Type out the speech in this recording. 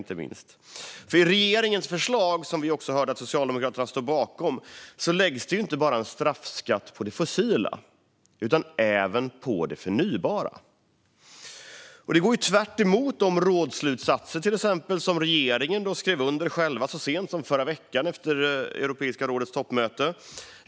I regeringens förslag, som vi hörde att också Socialdemokraterna står bakom, läggs nämligen en straffskatt inte bara på det fossila utan även på det förnybara. Det går tvärtemot de rådsslutsatser som regeringen själv skrev under så sent som i förra veckan, efter toppmötet i Europeiska rådet.